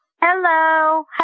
Hello